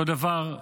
אותו דבר,